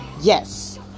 Yes